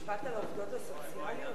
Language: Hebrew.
משפט על העובדות הסוציאליות.